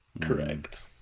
correct